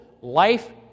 life